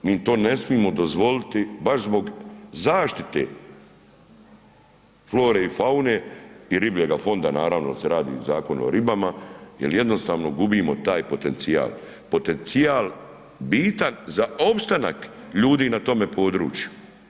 Mi to ne smijemo dozvoliti baš zbog zaštite flore i faune i ribljega fonda naravno jer se radi o Zakonu o ribama jer jednostavno gubimo taj potencijal, potencijal bitak za opstanak ljudi na tome području.